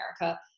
America